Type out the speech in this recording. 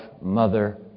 mother